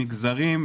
מגזרים,